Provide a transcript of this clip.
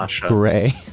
Gray